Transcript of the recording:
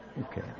Okay